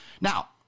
Now